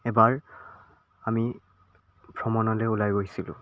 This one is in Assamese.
এবাৰ আমি ভ্ৰমণলৈ ওলাই গৈছিলোঁ